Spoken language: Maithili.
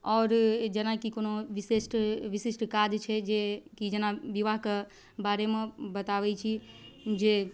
आओर जेनाकि कोनो विशेष्ट विशिष्ट काज छै जेकि जेना विवाहके बारेमे बताबै छी जे